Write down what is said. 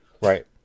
right